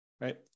right